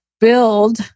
build